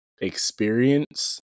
experience